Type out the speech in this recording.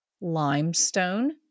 limestone